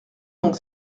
donc